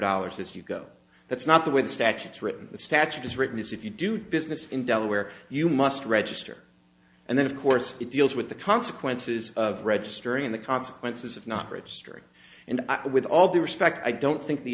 dollars if you go that's not the way the statutes written the statute as written is if you do business in delaware you must register and then of course it deals with the consequences of registering the consequences of not registering and with all due respect i don't think the